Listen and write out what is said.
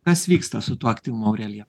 kas vyksta su tuo aktyvumu aurelija